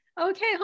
okay